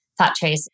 ThoughtTrace